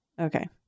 Okay